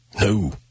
No